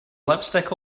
lipstick